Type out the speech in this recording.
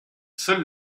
seule